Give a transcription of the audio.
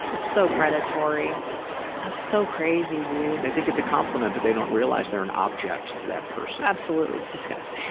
it's so predatory. that's ah so crazy, dude. they think it's a complement but they don't realize they're an object to that person. absolutely. it's disgusting.